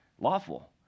lawful